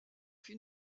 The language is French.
fut